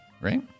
right